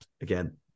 again